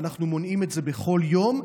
ואנחנו מונעים בכל יום,